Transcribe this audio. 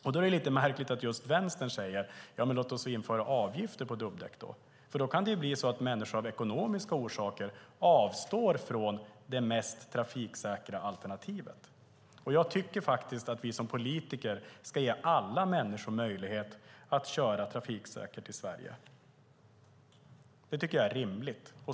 Det är då lite märkligt att just Vänstern säger: Ja, men låt oss införa avgifter på dubbdäck. Det kan bli så att människor av ekonomiska orsaker avstår från det mest trafiksäkra alternativet. Jag tycker faktiskt att vi som politiker ska ge alla människor möjlighet att köra trafiksäkert i Sverige. Det tycker jag är rimligt.